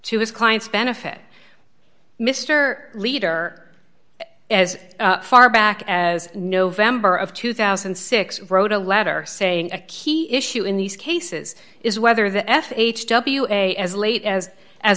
his client's benefit mr leader as far back as november of two thousand and six wrote a letter saying a key issue in these cases is whether the f h w a as late as as